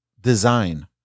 design